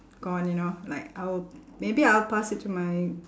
gone you know like I'll maybe I'll pass it to my